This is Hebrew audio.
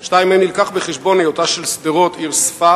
2. האם הובאו בחשבון היותה של שדרות עיר ספר